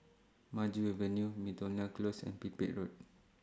Maju Avenue Miltonia Close and Pipit Road